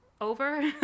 over